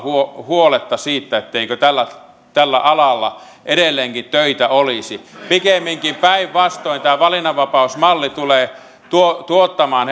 huoletta siitä etteikö tällä tällä alalla edelleenkin töitä olisi pikemminkin päinvastoin tämä valinnanvapausmalli tulee tuottamaan